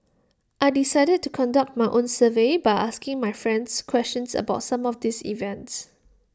I decided to conduct my own survey by asking my friends questions about some of these events